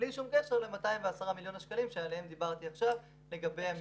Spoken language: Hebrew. בלי שום קשר ל-210 מיליון השקלים שעליהם דיברתי עכשיו לגבי המבחן.